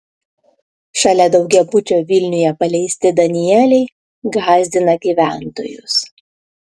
šalia daugiabučio vilniuje paleisti danieliai gąsdina gyventojus